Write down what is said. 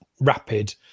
rapid